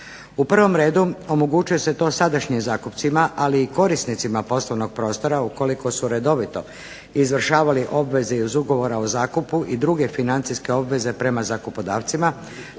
U prvom redu omogućuje se to sadašnjim zakupcima, ali i korisnicima poslovnog prostora ukoliko su redovito izvršavali obveze iz Ugovora o zakupu i druge financijske obveze prema zakupodavcima